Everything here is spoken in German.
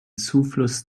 zufluss